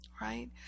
right